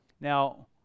Now